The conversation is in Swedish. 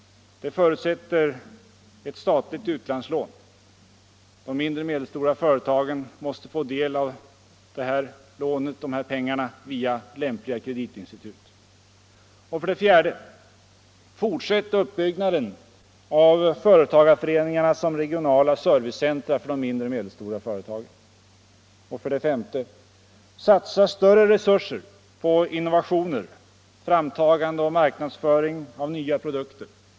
Det förutsätter ett statligt utlandslån. De mindre och medelstora företagen måste få del av de här pengarna via lämpliga kreditinstitut. 4. Fortsätt uppbyggnaden av företagarföreningarna som regionala servicecentra för de mindre och medelstora företagen. 5. Satsa större resurser på innovationer, framtagande och marknadsföring av nya produkter.